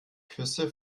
küsse